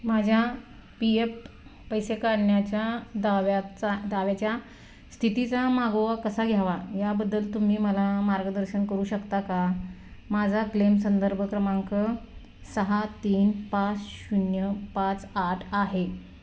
माझ्या P F पैसे करण्याच्या दाव्याचा दाव्याच्या स्थितीचा मागोवा कसा घ्यावा याबद्दल तुम्ही मला मार्गदर्शन करू शकता का माझा क्लेम संदर्भ क्रमांक सहा तीन पाच शून्य पाच आठ आहे